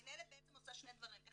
המינהלת עושה שני דברים.